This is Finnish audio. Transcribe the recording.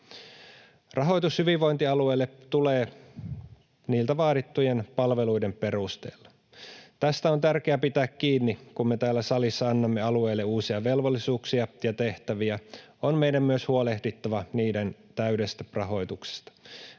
Rahoitus hyvinvointialueille tulee niiltä vaadittujen palveluiden perusteella. Tästä on tärkeää pitää kiinni. Kun me täällä salissa annamme alueille uusia velvollisuuksia ja tehtäviä, on meidän myös huolehdittava niiden täydestä rahoituksesta.